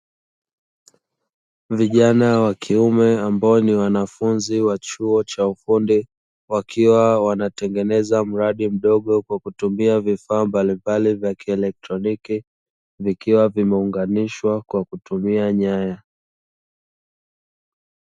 Vijana wa kiume ambao ni wanafunzi wa chuo cha ufundi, wakiwa wanatengeneza mradi mdogo kwa kutumia vifaa mbalimbali vya kielektroniki, vikiwa vimeunganishwa kwa kutumia nyaya.